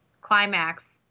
climax